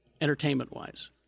entertainment-wise